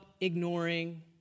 ignoring